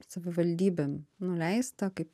savivaldybėm nuleista kaip